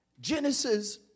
Genesis